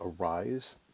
arise